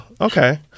Okay